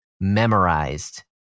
memorized